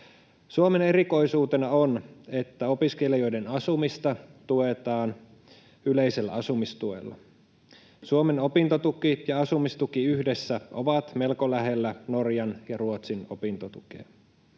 Suomen erikoisuutena on, että opiskelijoiden asumista tuetaan yleisellä asumistuella. Suomen opintotuki ja asumistuki yhdessä ovat melko lähellä Norjan ja Ruotsin opintotukea.